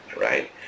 right